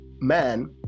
man